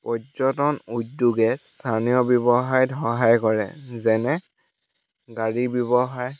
পৰ্যটন উদ্যোগে স্থানীয় ব্যৱসায়ত সহায় কৰে যেনে গাড়ী ব্যৱসায়